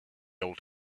old